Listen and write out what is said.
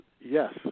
yes